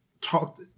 talked